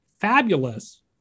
fabulous